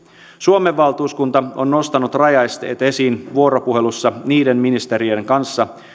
suomen valtuuskunta on nostanut rajaesteet esiin vuoropuhelussa niiden ministerien kanssa